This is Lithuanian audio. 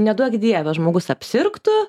neduok dieve žmogus apsirgtų